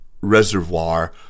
reservoir